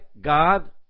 God